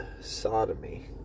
sodomy